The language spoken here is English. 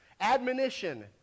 Admonition